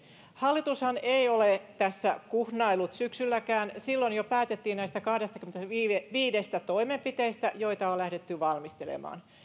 hallitushan ei ole tässä kuhnaillut syksylläkään silloin jo päätettiin näistä kahdestakymmenestäviidestä toimenpiteestä joita on lähdetty valmistelemaan